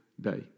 day